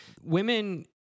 Women